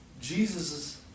Jesus